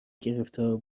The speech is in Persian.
گرفتار